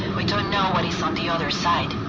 we don't know what is on the other side.